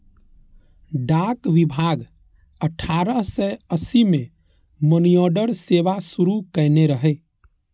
डाक विभाग अठारह सय अस्सी मे मनीऑर्डर सेवा शुरू कयने रहै